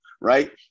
right